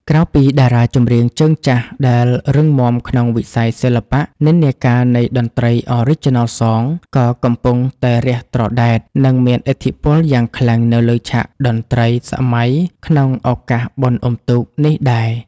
ក្រៅពីតារាចម្រៀងជើងចាស់ដែលរឹងមាំក្នុងវិស័យសិល្បៈ និន្នាការនៃតន្ត្រី Original Song ក៏កំពុងតែរះត្រដែត និងមានឥទ្ធិពលយ៉ាងខ្លាំងនៅលើឆាកតន្ត្រីសម័យក្នុងឱកាសបុណ្យអុំទូកនេះដែរ។